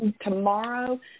Tomorrow